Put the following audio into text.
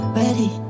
ready